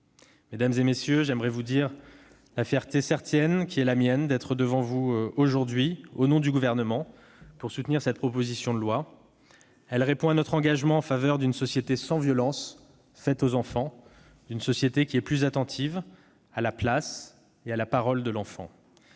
messieurs les sénateurs, j'aimerais vous dire la fierté qui est la mienne d'être devant vous aujourd'hui pour soutenir, au nom du Gouvernement, cette proposition de loi. Elle répond à notre engagement en faveur d'une société sans violences faites aux enfants, d'une société plus attentive à la place et à la parole de l'enfant.